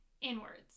inwards